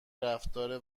رفتار